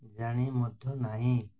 ଜାଣି ମଧ୍ୟ ନାହିଁ